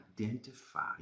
identify